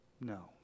No